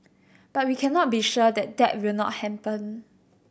but we can not be sure that that will not happen